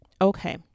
Okay